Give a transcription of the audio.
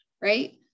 right